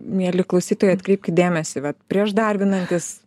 mieli klausytojai atkreipkit dėmesį va prieš darbinantis